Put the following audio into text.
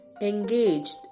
engaged